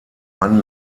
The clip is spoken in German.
mann